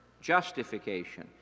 Justification